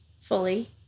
fully